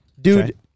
Dude